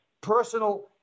personal